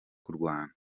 kurwana